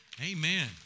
Amen